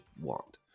want